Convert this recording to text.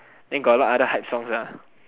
then got a lot other hype songs